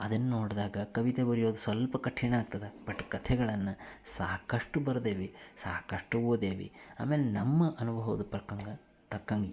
ಅದನ್ನು ನೋಡಿದಾಗ ಕವಿತೆ ಬರಿಯೋದು ಸ್ವಲ್ಪ ಕಠಿಣ ಆಗ್ತದೆ ಬಟ್ ಕಥೆಗಳನ್ನು ಸಾಕಷ್ಟು ಬರ್ದೆವೆ ಸಾಕಷ್ಟು ಓದೇವೆ ಆಮೇಲೆ ನಮ್ಮ ಅನುಭವದ ಪ್ರಕ್ಕಂಗ ತಕ್ಕಂಗೆ